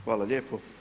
Hvala lijepo.